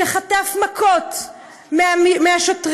שחטף מכות מהשוטרים,